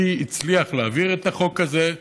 הצליח להעביר את החוק הזה,